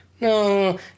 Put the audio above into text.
No